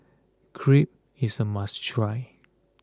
crepe is a must try